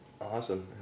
Awesome